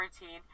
routine